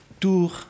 Tour